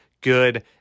good